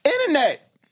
internet